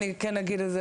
אני כן אגיד את זה,